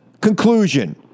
conclusion—